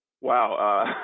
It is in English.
wow